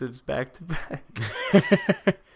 back-to-back